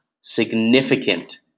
significant